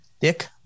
Dick